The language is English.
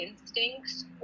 instincts